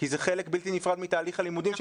כי זה חלק בלתי נפרד מתהליך הלימודים,